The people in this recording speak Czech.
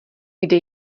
kde